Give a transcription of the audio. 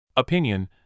Opinion